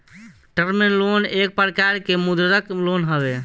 term loan एक प्रकार के मौदृक लोन हवे